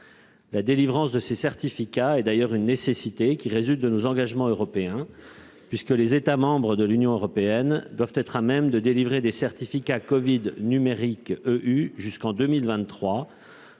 La délivrance de ces certificats est d'ailleurs une nécessité qui résulte de nos engagements européens. Les États membres de l'Union européenne doivent être à même de délivrer des certificats covid numériques EU jusqu'au 30